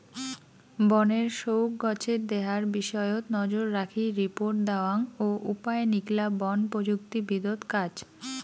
বনের সউগ্ গছের দেহার বিষয়ত নজররাখি রিপোর্ট দ্যাওয়াং ও উপায় নিকলা বন প্রযুক্তিবিদত কাজ